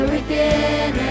again